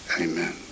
amen